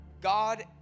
God